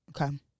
Okay